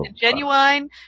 genuine